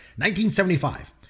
1975